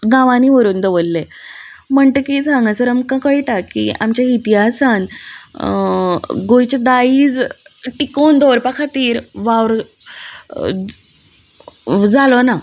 गांवांनी व्हरून दवरले म्हणटकीच हांगासर आमकां कळटा की आमच्या इतिहासान गोंयचें दायज टिकोवन दवरपा खातीर वावर जालो ना